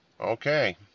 okay